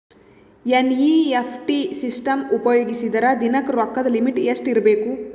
NEFT system ಉಪಯೋಗಿಸಿದರ ದಿನದ ರೊಕ್ಕದ ಲಿಮಿಟ್ ಎಷ್ಟ ಇರಬೇಕು?